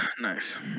Nice